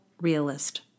realist